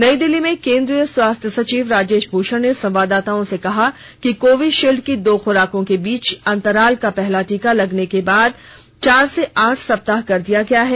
नई दिल्ली में केंद्रीय स्वास्थ्य सचिव राजेश भूषण ने संवाददाताओं से कहा कि कोविशील्ड की दो खुराकों के बीच अंतराल का पहला टीका लगने के बाद चार से आठ सप्ताह कर दिया गया है